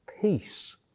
peace